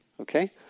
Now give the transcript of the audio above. Okay